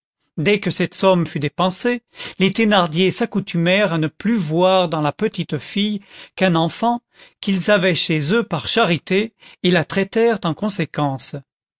dès que cette somme fut dépensée les thénardier s'accoutumèrent à ne plus voir dans la petite fille qu'un enfant qu'ils avaient chez eux par charité et la traitèrent en conséquence